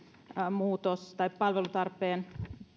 muutos palvelutarpeen